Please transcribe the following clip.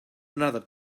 another